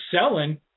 selling